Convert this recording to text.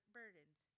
burdens